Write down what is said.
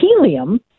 helium